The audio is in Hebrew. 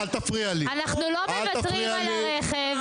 אנחנו לא מוותרים על הרכב,